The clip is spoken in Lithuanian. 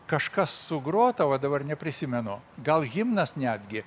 kažkas sugrota va dabar neprisimenu gal himnas netgi